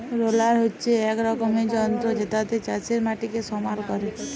roller হচ্যে এক রকমের যন্ত্র জেতাতে চাষের মাটিকে সমাল ক্যরে